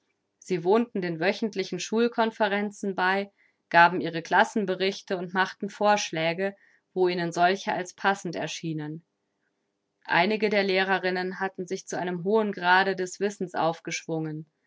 sie wohnten den wöchentlichen schul konferenzen bei gaben ihre klassenberichte und machten vorschläge wo ihnen solche als passend erschienen einige der lehrerinnen hatten sich zu einem hohen grade des wissens aufgeschwungen